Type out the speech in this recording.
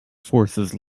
forces